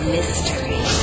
Mystery